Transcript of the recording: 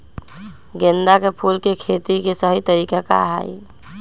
गेंदा के फूल के खेती के सही तरीका का हाई?